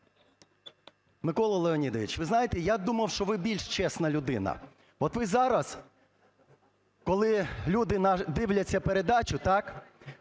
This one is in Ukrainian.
Микола Леонідович, ви знаєте, я думав, що ви більш чесна людина. От ви зараз, коли люди дивляться передачу – так?